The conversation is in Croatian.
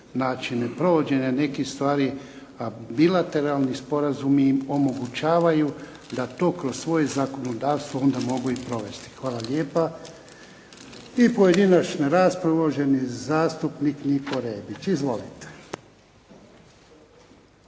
načine provođenja nekih stvari, a bilateralni sporazumi im omogućavaju da to kroz svoje zakonodavstvo onda mogu i provesti. Hvala lijepa. I pojedinačna rasprava uvaženi zastupnik Niko Rebić. Izvolite.